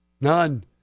None